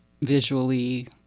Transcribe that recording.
visually